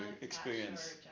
experience